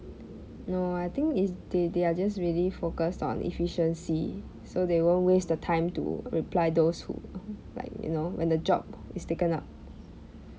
no I think it's they they are just really focused on efficiency so they won't waste the time to reply those who like you know when the job is taken up